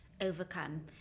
overcome